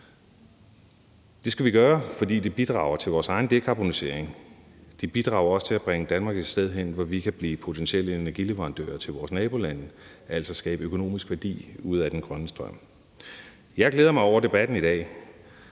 Det skal vi gøre, fordi det bidrager til vores egen dekarbonisering. Det bidrager også til at bringe Danmark et sted hen, hvor vi potentielt kan blive energileverandør til vores nabolande, og altså skabe økonomisk værdi ud af den grønne strøm. Jeg glæder mig over debatten i dag.